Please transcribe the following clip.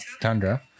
Tundra